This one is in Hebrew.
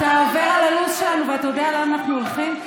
אתה עובר על הלו"ז שלנו ואתה יודע לאן אנחנו הולכים?